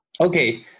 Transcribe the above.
Okay